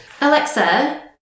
Alexa